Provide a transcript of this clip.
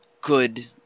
good